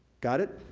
got it?